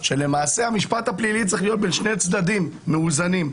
שלמעשה המשפט הפלילי צריך להיות בין שני צדדים מאוזנים.